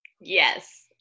Yes